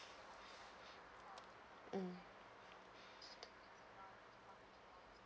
mm